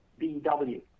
BW